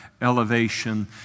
elevation